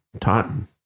Totten